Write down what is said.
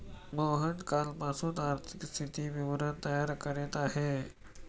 मोहन कालपासून आर्थिक स्थिती विवरण तयार करत आहे